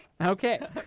Okay